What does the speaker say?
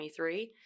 2023